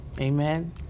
Amen